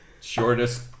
Shortest